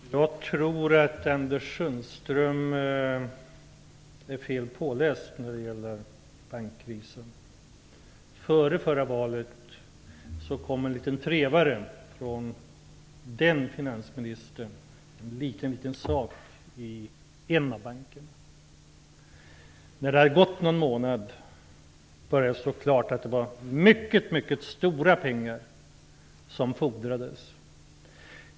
Herr talman! Jag tror att Anders Sundström är dåligt påläst när det gäller bankkrisen. Före förra valet kom det en liten trevare från den dåvarande finansministern om en liten sak i en av bankerna. När det hade gått någon månad började det att stå klart att det var mycket stora pengar som fordrades.